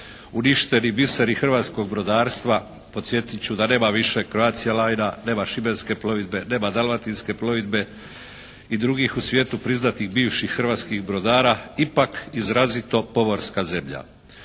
uništeni biseri hrvatskog brodarstva. Podsjetiti ću da nema više Croatia Linea, nema Šibenske plovidbe, nema Dalmatinske plovidbe i drugih u svijetu priznatih bivših hrvatskih brodara, ipak izrazito pomorska zemlja.